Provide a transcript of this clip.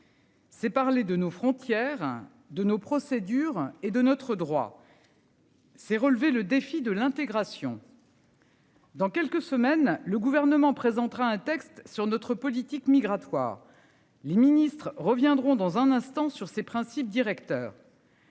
C'est parler de nos frontières hein de nos procédures et de notre droit.-- C'est relever le défi de l'intégration.-- Dans quelques semaines, le gouvernement présentera un texte sur notre politique migratoire. Les ministres reviendrons dans un instant sur ses principes directeurs.--